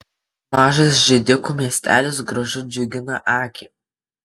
mažas židikų miestelis grožiu džiugina akį